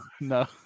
No